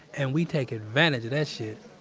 and we take advantage of that shit.